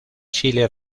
chile